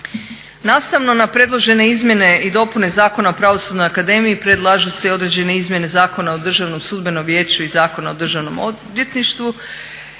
Nastavno na predložene izmjene i dopune Zakona o pravosudnoj akademiji predlažu se i određene izmjene Zakona o državnom sudbenom vijeću i Zakona o državnom odvjetništvu.